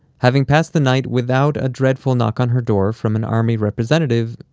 having passed the night without a dreadful knock on her door from an army representative,